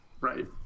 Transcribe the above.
Right